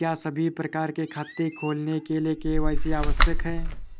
क्या सभी प्रकार के खाते खोलने के लिए के.वाई.सी आवश्यक है?